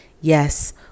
Yes